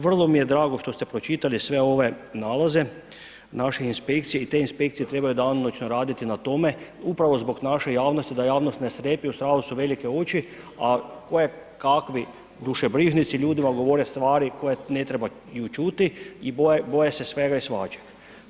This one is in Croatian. Vrlo mi je drago što ste pročitali sve ove nalaze naših inspekcija i te inspekcije trebaju danonoćno raditi na tome upravo zbog naše javnosti da javnost ne strepi, u strahu su velike oči a koje kakvi dušebrižnici ljudima govore stvari koje ne trebaju čuti i boje se svega i svačega.